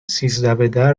سیزدهبدر